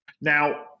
Now